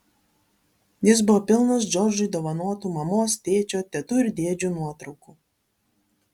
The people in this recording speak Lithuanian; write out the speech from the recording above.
jis buvo pilnas džordžui dovanotų mamos tėčio tetų ir dėdžių nuotraukų